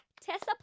Tessa